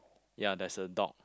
ya there's a dog